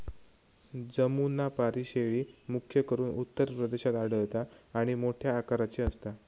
जमुनापारी शेळी, मुख्य करून उत्तर प्रदेशात आढळता आणि मोठ्या आकाराची असता